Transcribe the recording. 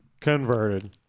converted